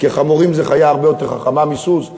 כי חמורים זו חיה הרבה יותר חכמה מסוס,